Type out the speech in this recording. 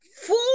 four